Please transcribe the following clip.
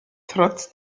trotz